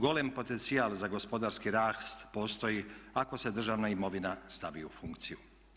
Golem potencijal za gospodarski rast postoji ako se državna imovina stavi u funkciju.